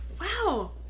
Wow